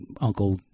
uncle